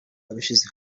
abishyize